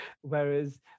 whereas